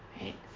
right